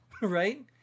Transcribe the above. Right